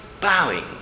bowing